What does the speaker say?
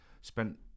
spent